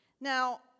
Now